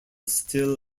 still